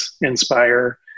Inspire